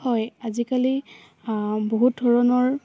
হয় আজিকালি বহুত ধৰণৰ